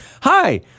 Hi